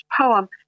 poem